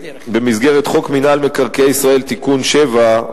במסגרת חוק רשות מקרקעי ישראל (תיקון מס' 7),